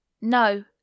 No